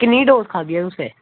किन्नी गै डोज खाद्धी ऐ तुसें